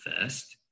first